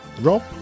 Rob